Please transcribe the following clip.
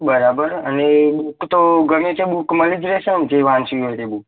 બરાબર અને બૂક તો ગમે તે બૂક મળી જ રહેશે ને જ વાંચવી હોય તે બૂક